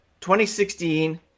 2016